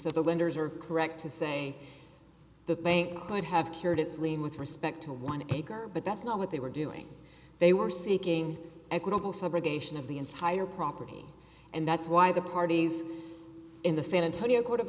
so the lenders are correct to say the bank would have cured its lien with respect to one acre but that's not what they were doing they were seeking equitable subrogation of the entire property and that's why the parties in the san antonio court of